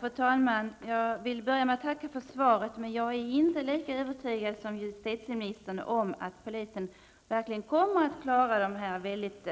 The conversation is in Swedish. Fru talman! Jag vill börja med att tacka för svaret, men jag är inte lika övertygad som justitieministern om att polisen verkligen kommer att klara de väldigt